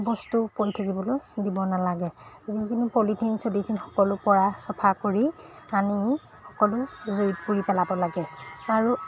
বস্তু পৰি থাকিবলৈ দিব নালাগে যিকোনো পলিথিন চলিথিন সকলো পৰা চফা কৰি আনি সকলো জুইত পুৰি পেলাব লাগে আৰু